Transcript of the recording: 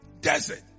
Desert